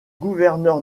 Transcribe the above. gouverneur